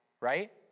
right